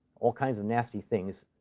all kinds of nasty things,